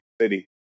city